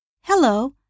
Hello